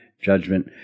Judgment